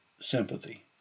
sympathy